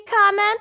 comment